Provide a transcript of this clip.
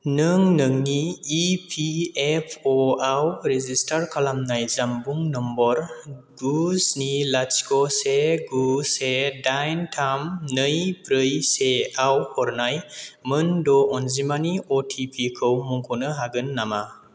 नों नोंनि इपिएफअ आव रेजिस्टार खालामनाय जानबुं नम्बर गु स्नि लाथिख' से गु से दाइन थाम नै ब्रै से आव हरनाय मोन द' अनजिमानि अटिपि खौ मुंख'नो हागोन नामा